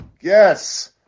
Yes